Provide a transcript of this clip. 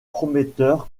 prometteur